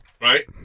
Right